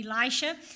Elisha